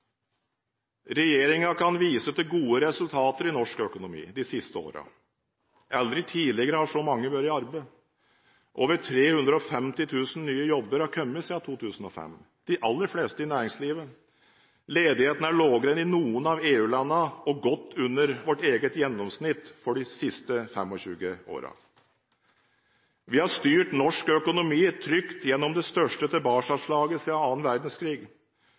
kan vise til gode resultater i norsk økonomi de siste årene. Aldri tidligere har så mange vært i arbeid. Over 350 000 nye jobber har kommet til siden 2005, de aller fleste i næringslivet. Ledigheten er lavere enn i noen av EU-landene og godt under vårt eget gjennomsnitt for de siste 25 årene. Vi har styrt norsk økonomi trygt gjennom det største tilbakeslaget siden andre verdenskrig.